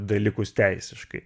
dalykus teisiškai